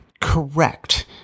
correct